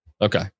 okay